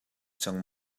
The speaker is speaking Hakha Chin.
cang